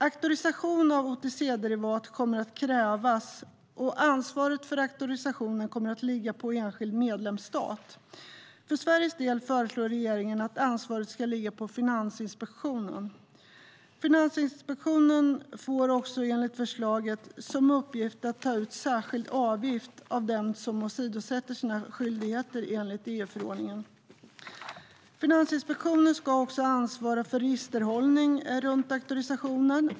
Auktorisation av OTC-derivat kommer att krävas, och ansvaret för auktorisationen kommer att ligga på enskild medlemsstat. För Sveriges del föreslår regeringen att ansvaret ska ligga på Finansinspektionen. Finansinspektionen får också enligt förslaget som uppgift att ta ut särskild avgift av den som åsidosätter sina skyldigheter enligt EU-förordningen. Finansinspektionen ska också ansvara för registerhållning runt auktorisationen.